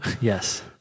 Yes